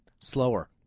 Slower